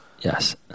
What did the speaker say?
yes